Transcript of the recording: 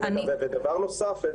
ודבר נוסף,